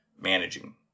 managing